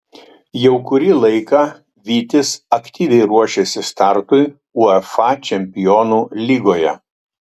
jau kurį laiką vytis aktyviai ruošiasi startui uefa čempionų lygoje